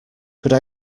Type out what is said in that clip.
could